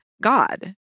God